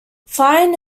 fine